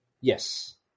Yes